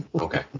Okay